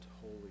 holy